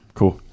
Cool